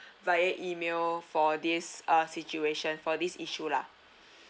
via email for this uh situation for this issue lah